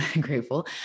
grateful